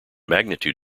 magnitude